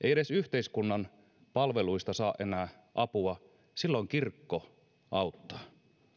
ei edes yhteiskunnan palveluista saa enää apua silloin kirkko auttaa